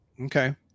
Okay